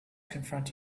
confront